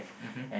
mmhmm